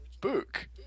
book